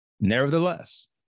Nevertheless